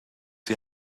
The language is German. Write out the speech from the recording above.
die